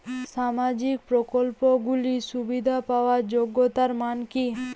সামাজিক প্রকল্পগুলি সুবিধা পাওয়ার যোগ্যতা মান কি?